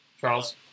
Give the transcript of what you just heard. Charles